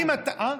שיניים.